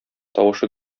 тавышы